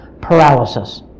paralysis